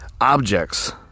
objects